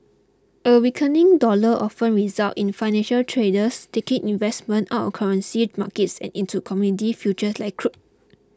a weakening dollar often result in financial traders taking investments out of currency markets and into commodity future like crude